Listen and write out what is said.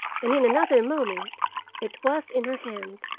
and in another moment it was in her hand.